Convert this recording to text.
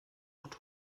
und